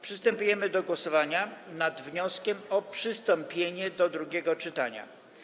Przystępujemy do głosowania nad wnioskiem o przystąpienie do drugiego czytania.